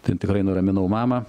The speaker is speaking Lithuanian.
tai tikrai nuraminau mamą